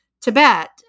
Tibet